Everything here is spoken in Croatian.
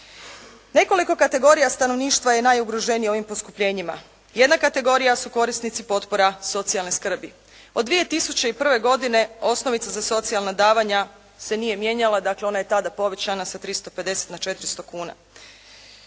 Nekoliko kategorija stanovništva je najugroženija ovim poskupljenjima. Jedna kategorija su korisnici potpora socijalne skrbi. Od 2001. godine osnovica za socijalna davanja se nije mijenjala, dakle ona je tada povećana sa 350 na 400 kuna.